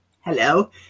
Hello